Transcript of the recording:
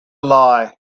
lie